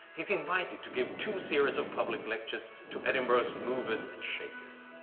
he's invited to give two series of public lectures to edinburgh's movers and shakers.